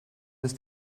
ist